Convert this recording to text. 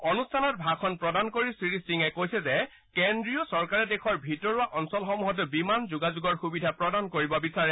অনুষ্ঠানত ভাষণ প্ৰদান কৰি শ্ৰীসিঙে কৈছে যে কেন্দ্ৰীয় চৰকাৰে দেশৰ ভিতৰুৱা অঞ্চলসমূহতো বিমান যোগাযোগৰ সুবিধা প্ৰদান কৰিব বিচাৰে